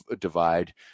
divide